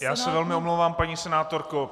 Já se velmi omlouvám, paní senátorko.